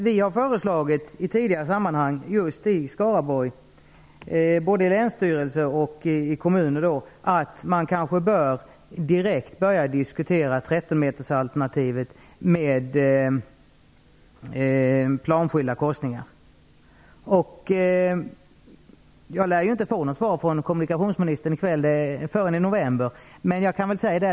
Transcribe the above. Vi har just i Skaraborg, både i länstyrelse och i kommuner, i tidigare sammanhang föreslagit att man kanske direkt bör börja diskutera Jag lär inte få något svar av kommunikationsministern förrän i november.